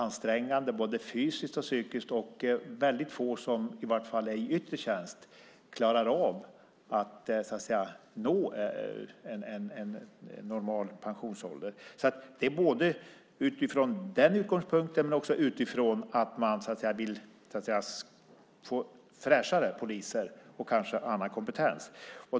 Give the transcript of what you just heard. Det är både fysiskt och psykiskt ansträngande, och få, åtminstone i yttre tjänst, klarar av att nå normal pensionsålder. Det handlar både om den utgångspunkten och om att man vill få in fräschare poliser och kanske lite annan kompetens.